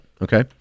Okay